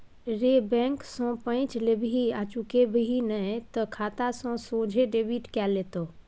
रे बैंक सँ पैंच लेबिही आ चुकेबिही नहि तए खाता सँ सोझे डेबिट कए लेतौ